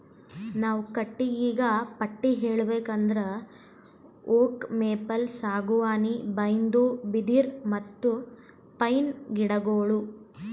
ನಾವ್ ಕಟ್ಟಿಗಿಗಾ ಪಟ್ಟಿ ಹೇಳ್ಬೇಕ್ ಅಂದ್ರ ಓಕ್, ಮೇಪಲ್, ಸಾಗುವಾನಿ, ಬೈನ್ದು, ಬಿದಿರ್, ಮತ್ತ್ ಪೈನ್ ಗಿಡಗೋಳು